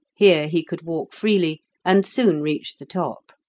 here he could walk freely and soon reached the top.